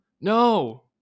No